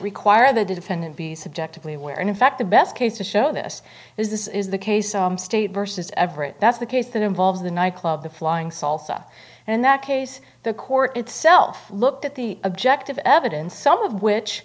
require the defendant be subjectively aware and in fact the best case to show this is this is the case state versus everett that's the case that involves the nightclub the flying salsa and in that case the court itself looked at the objective evidence some of which